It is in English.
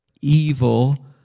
evil